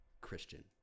Christian